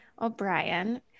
O'Brien